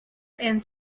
and